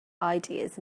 ideas